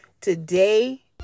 Today